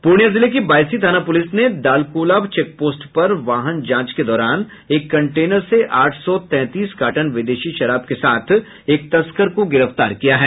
पूर्णिया जिले की बायसी थाना पुलिस ने दालकोला चेकपोस्ट पर वाहन जांच के दौरान एक कंटेनर से आठ सौ तैंतीस कार्टन विदेशी शराब के साथ एक तस्कर को गिरफ्तार किया है